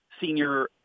senior